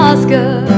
Oscar